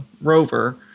rover